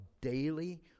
daily